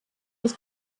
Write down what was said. was